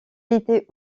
était